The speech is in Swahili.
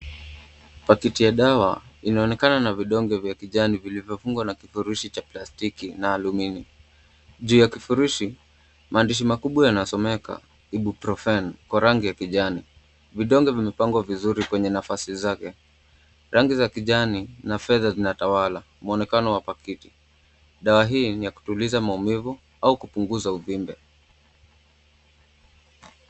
Pakiti ya dawa inaonekana na vidonge vya kijani vilivyofungwa na kifurushi cha plastiki na alumini. Juu ya kifurushi maandishi makubwa yanasomeka Ibuprofen kwa rangi ya kijani. Vidonge vimepangwa vizuri kwenye nafasi zake. Rangi za kijani na fedha zinatawala muonekano wa pakiti. Dawa hii ni ya kutuliza maumivu au kupunguza uvimbe.